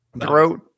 Throat